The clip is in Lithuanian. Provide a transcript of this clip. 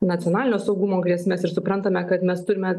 nacionalinio saugumo grėsmes ir suprantame kad mes turime